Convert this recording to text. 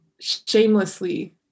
shamelessly